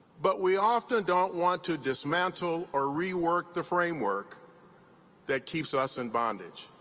but we often don't want to dismantle or rework the framework that keeps us in bondage.